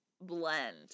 blend